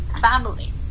family